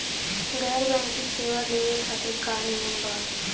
गैर बैंकिंग सेवा लेवे खातिर का नियम बा?